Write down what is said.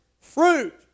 fruit